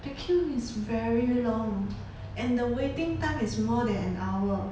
the queue is very long and the waiting time is more than an hour